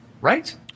right